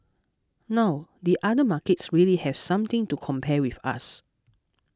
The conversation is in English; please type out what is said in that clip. now the other markets really have something to compare with us